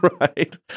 Right